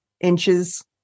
inches